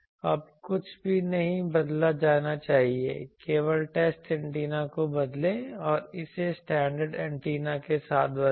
अब कुछ भी नहीं बदला जाना चाहिए केवल टेस्ट एंटीना को बदलें और इसे स्टैंडर्ड एंटीना के साथ बदलें